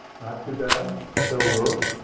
not too bad. still work.